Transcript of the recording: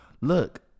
look